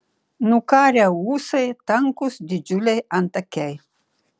nukarę ūsai tankūs didžiuliai antakiai